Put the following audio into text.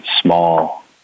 small